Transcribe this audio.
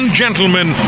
gentlemen